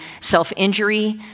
self-injury